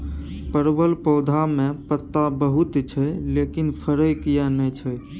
परवल पौधा में पत्ता बहुत छै लेकिन फरय किये नय छै?